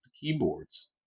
keyboards